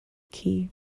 key